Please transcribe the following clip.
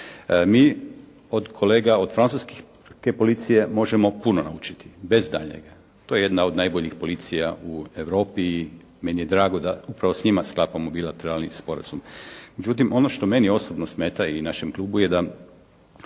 Mi od kolega od francuske policije možemo puno naučiti bez daljnjega. To je jedna od najboljih policija u Europi i meni je drago da upravo s njima sklapamo bilateralni sporazum. Međutim ono što meni osobno smeta i našem Klubu je da